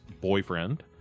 boyfriend